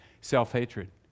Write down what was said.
Self-hatred